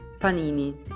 Panini